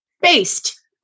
based